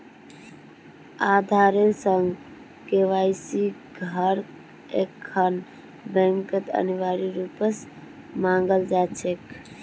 आधारेर संग केवाईसिक हर एकखन बैंकत अनिवार्य रूप स मांगाल जा छेक